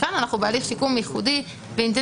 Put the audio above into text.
כאן אנחנו בהליך שיקום ייחודי ואינטנסיבי,